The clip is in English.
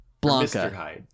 Blanca